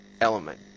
element